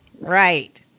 Right